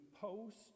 post